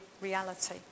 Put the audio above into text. reality